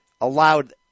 allowed